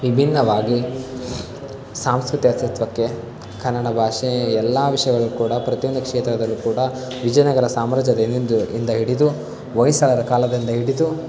ವಿಭಿನ್ನವಾಗಿ ಸಾಂಸ್ಕೃತಿ ಅಸ್ತಿತ್ವಕ್ಕೆ ಕನ್ನಡ ಭಾಷೆ ಎಲ್ಲ ವಿಷಯಗಳು ಕೂಡ ಪ್ರತಿಯೊಂದು ಕ್ಷೇತ್ರದಲ್ಲೂ ಕೂಡ ವಿಜಯನಗರ ಸಾಮ್ರಾಜ್ಯದ ದಿಂದ ಇಂದ ಹಿಡಿದು ಹೊಯ್ಸಳರ ಕಾಲದಿಂದ ಹಿಡಿದು